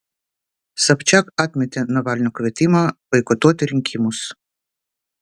sobčiak atmetė navalno kvietimą boikotuoti rinkimus